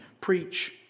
Preach